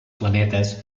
planetes